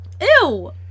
Ew